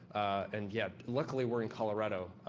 and yep, luckily we're in colorado.